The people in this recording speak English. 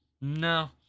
No